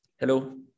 Hello